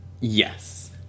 Yes